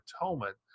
atonement